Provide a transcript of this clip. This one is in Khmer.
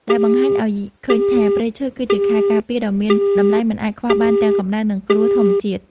ដែលបង្ហាញឱ្យឃើញថា ព្រៃឈើគឺជាខែលការពារដ៏មានតម្លៃមិនអាចខ្វះបានទាំងកម្ដៅ និងគ្រោះធម្មជាតិ។